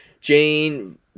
Jane